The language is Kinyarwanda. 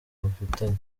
mufitanye